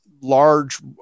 large